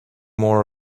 more